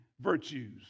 virtues